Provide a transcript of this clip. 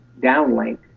downlink